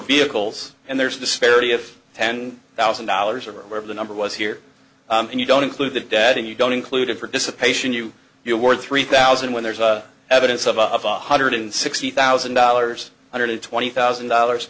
vehicles and there's disparity if ten thousand dollars of where the number was here and you don't include the dead and you don't include a participation you you're worth three thousand when there's evidence of a one hundred sixty thousand dollars one hundred twenty thousand dollars